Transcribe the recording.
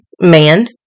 man